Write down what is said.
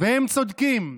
והם צודקים.